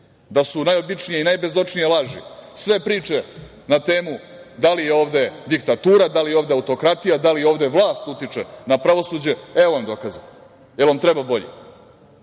da su najobičnije, najbezočnije laži sve priče na temu da li je ovde diktatura, da li je ovde autokratija, da li ovde vlast utiče na pravosuđe, evo vam dokaza, da li vam treba